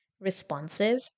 responsive